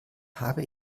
habe